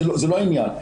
זה לא העניין.